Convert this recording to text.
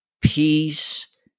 peace